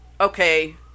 okay